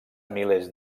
milers